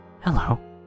Hello